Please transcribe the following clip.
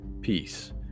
peace